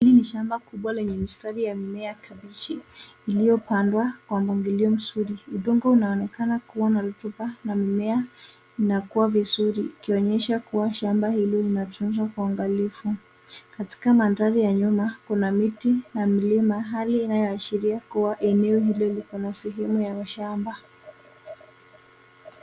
Hili ni shamba kubwa Lenye mistari ya mimea kabiji iliopandwa kwa mpangilio mzuri. Udongo unaonekana kuwa na rutuba na mimea na kuwa vizuri kuonyesha kuwa shamba hili linatunzwa kwa uangalifu. Katika mandhari kuna miti na milima Hali inayoashiria kuwa eneo hilo liko na sehemu la mashamba.